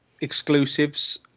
exclusives